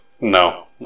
no